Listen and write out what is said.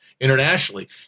internationally